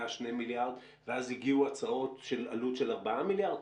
2 מיליארד ואז הגיעו הצעות של עלות של 4 מיליארד?